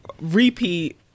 repeat